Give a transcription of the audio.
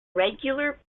regular